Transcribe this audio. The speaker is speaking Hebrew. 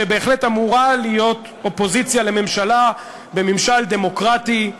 שבהחלט אמורה להיות אופוזיציה לממשלה בממשל דמוקרטי,